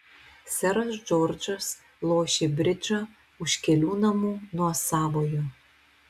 seras džordžas lošė bridžą už kelių namų nuo savojo